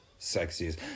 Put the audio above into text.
sexiest